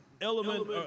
element